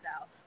out